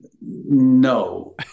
no